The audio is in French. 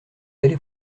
allez